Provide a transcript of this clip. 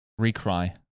Recry